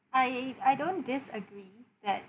I I don't disagree that